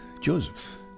Joseph